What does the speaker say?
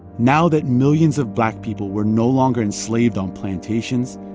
now that millions of black people were no longer enslaved on plantations,